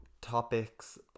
Topics